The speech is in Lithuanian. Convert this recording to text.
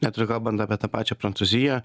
net ir kalbant apie tą pačią prancūziją